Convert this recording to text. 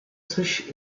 coś